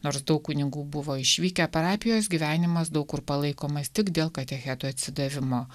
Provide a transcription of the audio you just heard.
nors daug kunigų buvo išvykę parapijos gyvenimas daug kur palaikomas tik dėl katechetų atsidavimo